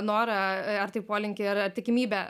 norą ar tai polinkį ar tikimybę